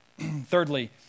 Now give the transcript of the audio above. Thirdly